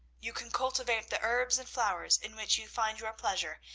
you can cultivate the herbs and flowers in which you find your pleasure,